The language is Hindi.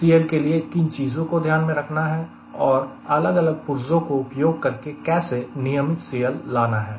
CL के लिए किन चीजों को ध्यान में रखना है और अलग अलग पुर्जो को उपयोग करके कैसे नियमित CL लाना है